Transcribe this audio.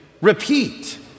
Repeat